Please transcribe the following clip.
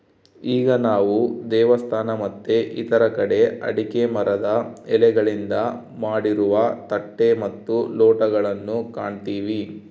ಈಗ ನಾವು ದೇವಸ್ಥಾನ ಮತ್ತೆ ಇತರ ಕಡೆ ಅಡಿಕೆ ಮರದ ಎಲೆಗಳಿಂದ ಮಾಡಿರುವ ತಟ್ಟೆ ಮತ್ತು ಲೋಟಗಳು ಕಾಣ್ತಿವಿ